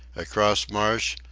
across marsh,